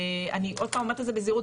אני עוד פעם אומרת את זה בזהירות,